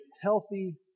healthy